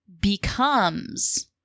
becomes